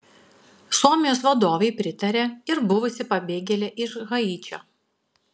suomijos vadovei pritarė ir buvusi pabėgėlė iš haičio